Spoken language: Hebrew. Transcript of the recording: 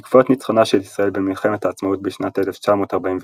בעקבות ניצחונה של ישראל במלחמת העצמאות בשנת 1948,